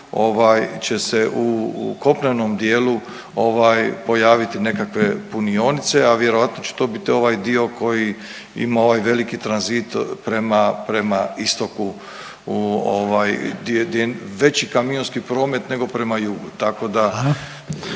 će se ovaj u kopnenom dijelu ovaj pojaviti nekakve punionice, a vjerojatno će to biti ovaj dio koji ima ovaj veliki tranzit prema, prema istoku u ovaj gdje je veći kamionski promet nego prema jugu, tako da